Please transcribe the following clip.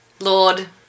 Lord